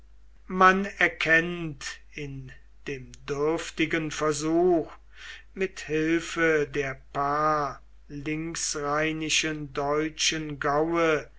man erkennt in dem dürftigen versuch mit hilfe der paar linksrheinischen deutschen gaue